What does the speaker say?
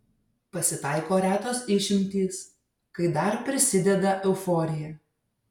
pasitaiko retos išimtys kai dar prisideda euforija